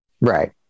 right